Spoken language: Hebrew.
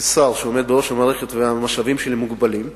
כשר שעומד בראש המערכת, והמשאבים שלי מוגבלים,